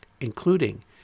including